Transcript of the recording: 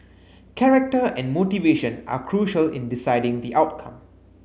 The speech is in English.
character and motivation are crucial in deciding the outcome